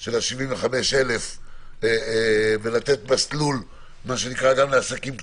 של 75,000 שקל ולתת מסלול גם לעסקים קטנים,